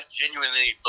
genuinely